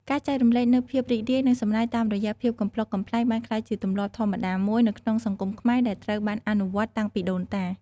ការចែករំលែកនូវភាពរីករាយ និងសំណើចតាមរយៈភាពកំប្លុកកំប្លែងបានក្លាយជាទម្លាប់ធម្មតាមួយនៅក្នុងសង្គមខ្មែរដែលត្រូវបានអនុវត្តតាំងពីដូនតា។